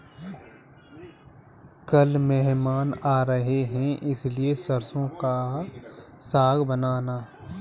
कल मेहमान आ रहे हैं इसलिए सरसों का साग बनाना